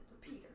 Peter